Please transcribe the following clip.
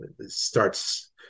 starts